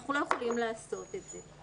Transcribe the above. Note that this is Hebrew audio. אנחנו לא יכולים לעשות את זה.